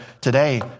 today